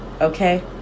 okay